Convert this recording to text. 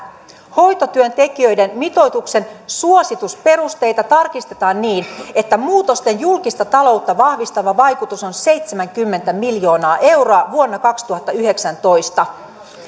hoitotyöntekijöiden mitoituksen suositusperusteita tarkistetaan niin että muutosten julkista taloutta vahvistava vaikutus on seitsemänkymmentä miljoonaa euroa vuonna kaksituhattayhdeksäntoista